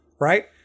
right